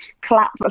clap